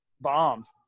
Bombed